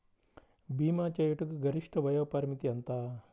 భీమా చేయుటకు గరిష్ట వయోపరిమితి ఎంత?